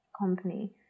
company